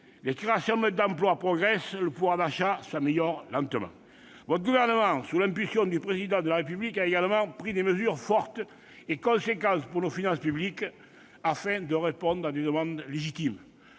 les créations nettes d'emplois progressent et le pouvoir d'achat s'améliore lentement. Votre gouvernement, sous l'impulsion du Président de la République, a également pris des mesures fortes et significatives pour nos finances publiques, afin de répondre à des demandes légitimes